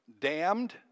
damned